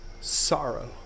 sorrow